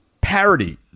parody